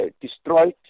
destroyed